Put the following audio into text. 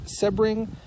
Sebring